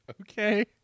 Okay